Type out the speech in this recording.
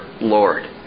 Lord